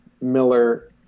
Miller